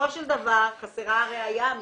בסופו של דבר, חסרה הראייה המשפטית.